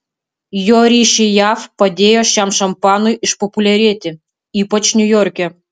jo ryšiai jav padėjo šiam šampanui išpopuliarėti ypač niujorke